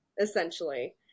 essentially